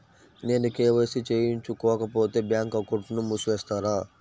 నేను కే.వై.సి చేయించుకోకపోతే బ్యాంక్ అకౌంట్ను మూసివేస్తారా?